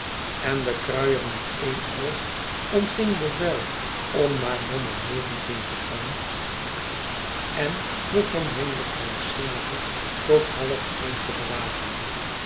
en de kruier met een oog ontving bevel om naar nommer negentien te gaan sghetsen van boz en den vermeenden krankzinnige tot half een te bewaken